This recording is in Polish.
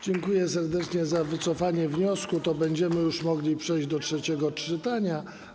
Dziękuję serdecznie za wycofanie wniosku - będziemy już mogli przejść do trzeciego czytania.